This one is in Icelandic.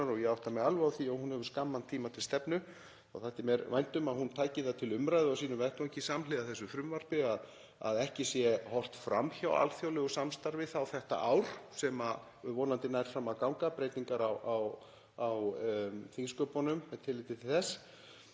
og ég átta mig alveg á því að hún hefur skamman tíma til stefnu — en þá þætti mér vænt um að hún tæki það til umræðu á sínum vettvangi samhliða þessu frumvarpi að ekki sé horft fram hjá alþjóðlegu samstarfi þetta ár, sem vonandi nær fram að ganga, breytingar á þingsköpunum, með tilliti til þess,